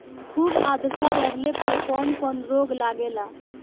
खुब आद्रता रहले पर कौन कौन रोग लागेला?